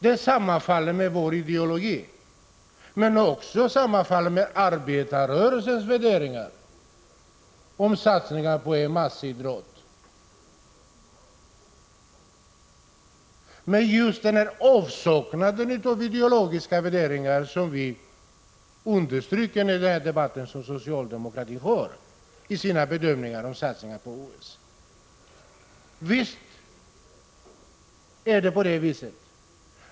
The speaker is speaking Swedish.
De sammanfaller med vår ideologi, men de sammanfaller också med arbetarrörelsens värderingar om satsningar på massidrott. Men det är just socialdemo Prot. 1985/86:157 kraternas avsaknad av ideologiska värderingar vid sin bedömning av satsningen på OS som vi vill understryka i denna debatt.